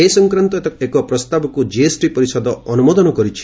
ଏସଂକ୍ରାନ୍ତ ଏକ ପ୍ରସ୍ତାବକୁ ଜିଏସ୍ଟି ପରିଷଦ ଅନୁମୋଦନ କରିଛି